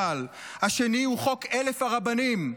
השני הוא חוק 1,000 הרבנים.